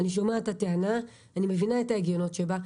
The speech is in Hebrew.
אני שומעת את הטענה, אני מבינה את ההיגיון שבה.